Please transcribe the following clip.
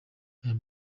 aya